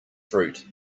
fruit